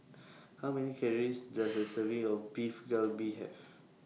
How Many Calories Does A Serving of Beef Galbi Have